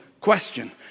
question